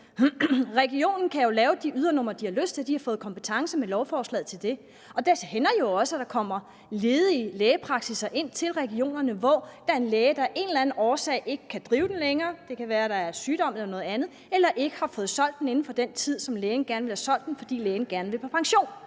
Regionen kan jo lave de ydernumre, de har lyst til. De får med lovforslaget kompetence til det, og dertil hænder det jo også, at der kommer ledige lægepraksisser ind til regionerne, hvor en læge af en eller anden årsag ikke kan drive den længere – det kan være sygdom eller noget andet – eller ikke har fået solgt den inden for den tid, hvor lægen gerne ville have solgt den, fordi lægen vil på pension.